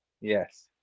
yes